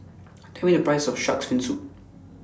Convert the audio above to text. Tell Me The Price of Shark's Fin Soup